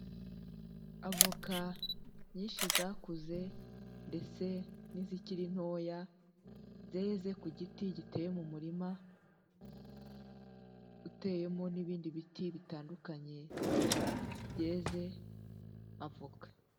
Avoka nyinshi zakuze ndetse n'izikiri ntoya zeze ku giti giteye mu murima uteyemo n'ibindi biti bitandukanye byeze avoka.